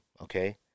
okay